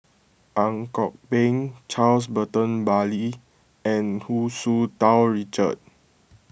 Ang Kok Peng Charles Burton Buckley and Hu Tsu Tau Richard